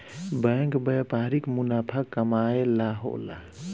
bank व्यापारिक मुनाफा कमाए ला होला